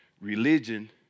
religion